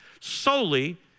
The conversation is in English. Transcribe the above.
solely